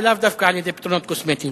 ולאו דווקא על-ידי פתרונות קוסמטיים.